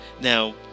Now